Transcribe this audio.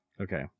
Okay